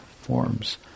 forms